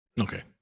okay